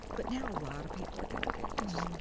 but now a lot of people are going to do this.